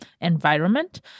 environment